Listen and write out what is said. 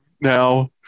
now